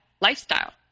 lifestyle